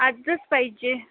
आजच पाहिजे